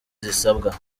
zisabwa